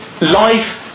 life